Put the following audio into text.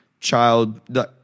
child